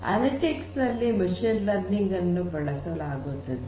analytics ನಲ್ಲಿ machine learning ಅನ್ನು ಬಳಸಲಾಗುತ್ತದೆ